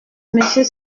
monsieur